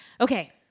Okay